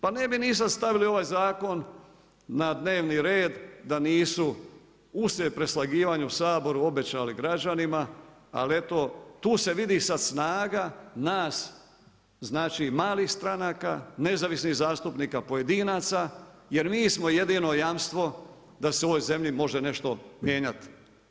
Pa ne bi ni sada stavili ovaj zakon na dnevni red da nisu uslijed preslagivanja u Saboru obećali građanima ali eto tu se vidi sada snaga nas, znači malih stranaka, nezavisnih zastupnika, pojedinaca jer mi smo jedino jamstvo da se u ovoj zemlji može nešto mijenjati.